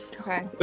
okay